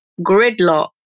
gridlock